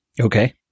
Okay